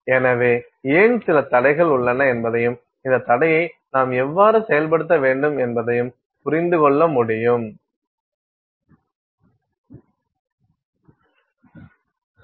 எனவே ஏன் சில தடைகள் உள்ளன என்பதையும் இந்த தடையை நாம் எவ்வாறு செயல்படுத்த வேண்டும் என்பதையும் புரிந்து கொள்ள முடியும்